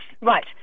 Right